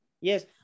Yes